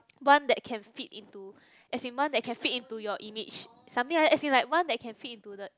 one that can fit into as in one that can fit into your image something like that as in one that can fit into the